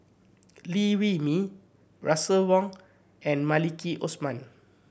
Liew Wee Mee Russel Wong and Maliki Osman